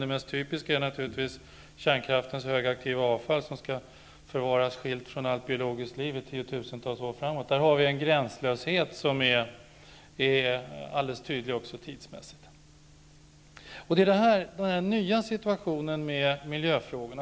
Det mest typiska är naturligtvis kärnkraftens högaktiva avfall, som skall förvaras skilt från allt biologiskt liv i tiotusentals år framåt. Där har vi en tidsmässig gränslöshet som också är mycket tydlig. Detta är den nya situationen för miljöfrågorna.